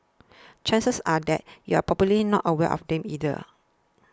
chances are that you're probably not aware of them either